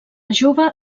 jove